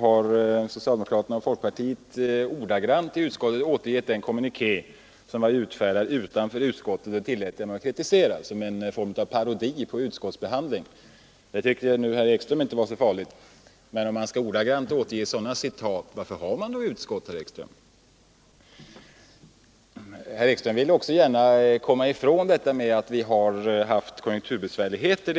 har socialdemokraterna och folkpartiet i utskottet ordagrant återgivit den kommuniké som utfärdades utanför utskottet. Jag tillät mig kritisera detta förfarande såsom en parodi på utskottsbehandling. Herr Ekström tyckte emellertid att det inte var så farligt. Men om man ordagrant återger sådana citat, varför har vi då utskott, herr Ekström? Herr Ekström ville gärna komma ifrån att vi har haft konjunkturbesvärligheter.